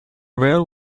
rail